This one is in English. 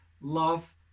love